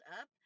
up